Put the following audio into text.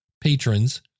patrons